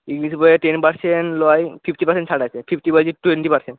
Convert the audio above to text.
English বইয়ে ten percent নয় fifty percent ছাড় আছে ফিফটি বলছি টোয়েন্টি পার্সেন্ট